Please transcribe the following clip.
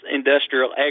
industrial